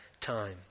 time